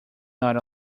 not